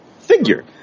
figure